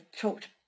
talked